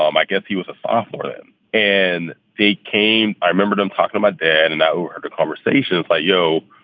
um i guess he was a sophomore for them and they came. i remember them talking to my dad and i overheard a conversation like, yo,